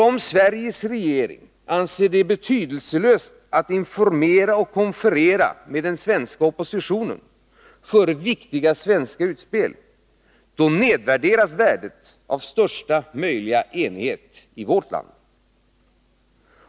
Om Sveriges regering anser det betydelselöst att informera och konferera med den svenska oppositionen före viktiga svenska utspel, nedvärderas värdet av största möjliga enighet i vårt land.